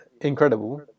incredible